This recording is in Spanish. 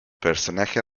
personaje